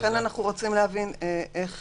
לכן אנחנו נרצה להבין איך